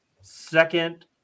second